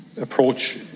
approach